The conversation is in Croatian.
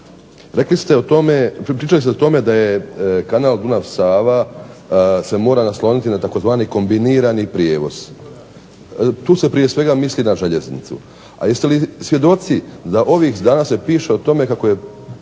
pričali ste o tome da je kanal Dunav-Sava se mora nasloniti na tzv. kombinirani prijevoz. Tu se prije svega misli na željeznicu, a jeste li svjedoci da ovih dana se piše o tome kako je, a i